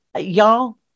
y'all